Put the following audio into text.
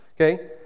okay